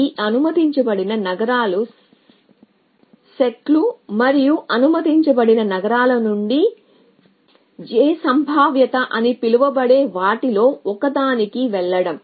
ఈ అనుమతించబడిన నగరాల సెట్లు మరియు అనుమతించబడిన నగరాల నుండి j సంభావ్యత అని పిలువబడే వాటిలో ఒకదానికి వెళ్లడం